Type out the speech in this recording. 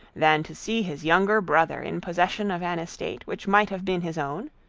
than to see his younger brother in possession of an estate which might have been his own?